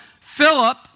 Philip